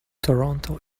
toronto